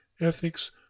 ethics